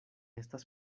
estas